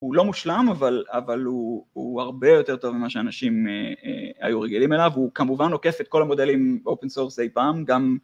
הוא לא מושלם, אבל, אבל הוא הרבה יותר טוב ממה שאנשים אה... אה... היו רגילים אליו. הוא כמובן עוקף את כל המודלים – "Open Source" אי-פעם, גם...